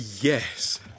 Yes